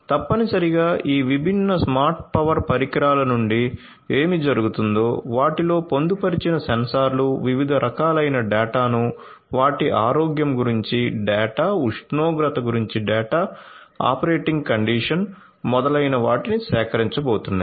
తప్పనిసరిగా ఈ విభిన్న స్మార్ట్ పవర్ పరికరాల నుండి ఏమి జరుగుతుందో వాటిలో పొందుపరిచిన సెన్సార్లు వివిధ రకాలైన డేటాను వాటి ఆరోగ్యం గురించి డేటా ఉష్ణోగ్రత గురించి డేటా ఆపరేటింగ్ కండిషన్ మొదలైన వాటిని సేకరించబోతున్నాయి